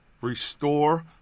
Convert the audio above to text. restore